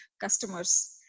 customers